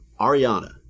Ariana